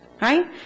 Right